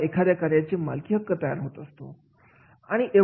किंवा एखाद्या कार्यामध्ये मालकीहक्क तयार होत असतो